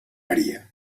maria